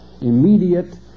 immediate